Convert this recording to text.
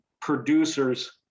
producers